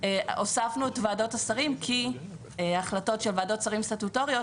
הוספנו את ועדות השרים כי החלטות של ועדות שרים סטטוטוריות